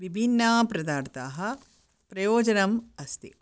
विभिन्नपदार्थाः प्रयोजनम् अस्ति